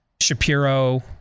Shapiro